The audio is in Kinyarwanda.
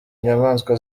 inyamaswa